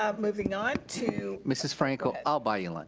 um moving on to mrs. franco, i'll buy you lunch.